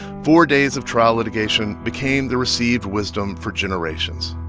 four days of trial litigation became the received wisdom for generations